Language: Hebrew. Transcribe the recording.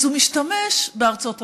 אז הוא משתמש בארצות הברית.